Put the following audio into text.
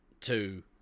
two